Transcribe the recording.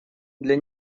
для